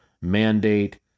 mandate-